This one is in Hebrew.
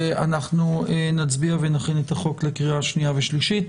אנחנו נצביע ונכין את החוק לקריאה שנייה ושלישית.